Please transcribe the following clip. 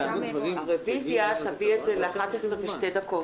הרביזיה תביא את זה ל- 11:02 דקות.